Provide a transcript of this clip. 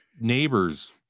neighbor's